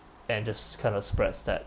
and just kind of spreads that